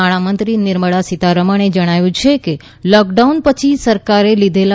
નાણાંમંત્રી નિર્મળા સીતારમણે જણાવ્યું છે કે લોકડાઉન પછી સરકારે લીધેલા